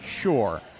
Sure